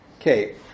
okay